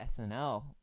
SNL